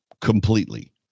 completely